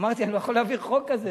אמרתי: אני לא יכול להעביר חוק כזה.